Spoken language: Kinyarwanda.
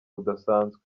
budasanzwe